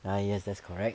ah yes that's correct